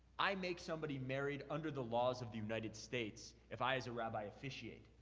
i make somebody married under the laws of the united states if i as a rabbi officiate.